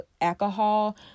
alcohol